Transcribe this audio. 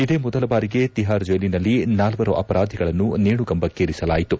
ಇದೇ ಮೊದಲ ಬಾರಿಗೆ ತಿಹಾರ್ ಜೈಲಿನಲ್ಲಿ ನಾಲ್ವರು ಅಪರಾಧಿಗಳನ್ನು ಗೇಣುಗಂಬಕ್ಕೇರಿಸಲಾಯಿತು